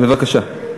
בבקשה.